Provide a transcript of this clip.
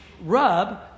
rub